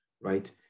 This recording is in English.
right